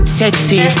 sexy